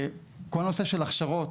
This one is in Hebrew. כל הנושא של הכשרות,